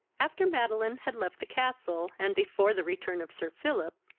after madeline had left the castle, and before the return of sir philip,